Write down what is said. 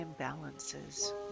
imbalances